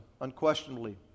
Unquestionably